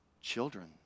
Children